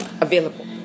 available